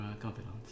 confidence